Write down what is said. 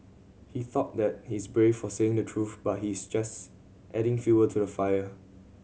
he thought that he's brave for saying the truth but he's actually just adding fuel to the fire